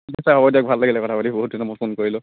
ঠিক আছে হ'ব দিয়ক ভাল লাগিলে কথা পাতি বহুত দিনৰ মূৰত ফোন কৰিলোঁ